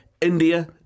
India